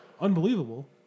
unbelievable